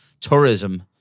tourism